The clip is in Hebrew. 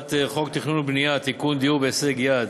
הצעת חוק תכנון והבנייה (תיקון, דיור בהישג יד),